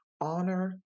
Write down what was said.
honor